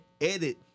edit